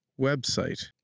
website